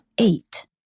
eight